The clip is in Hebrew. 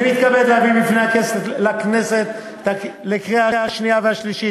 אני מתכבד להביא בפני הכנסת לקריאה השנייה והשלישית